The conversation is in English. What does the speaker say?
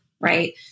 right